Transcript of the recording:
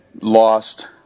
lost